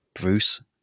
Bruce